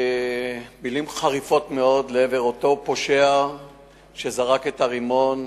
ומלים חריפות מאוד לעבר אותו פושע שזרק את הרימון